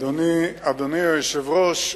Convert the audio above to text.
אדוני היושב-ראש,